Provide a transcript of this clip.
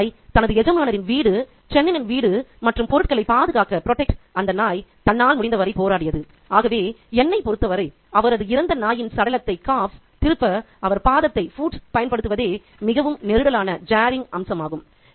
அந்த நாய் தனது எஜமானரின் வீடு சென்னனின் வீடு மற்றும் பொருட்களைப் பாதுகாக்க அந்த நாய் தன்னால் முடிந்தவரை போராடியது ஆகவே என்னைப் பொறுத்தவரை அவரது இறந்த நாயின் சடலத்தைத் திருப்ப அவர் பாதத்தைப் பயன்படுத்துவதே மிகவும் நெருடலான அம்சமாகும்